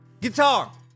Guitar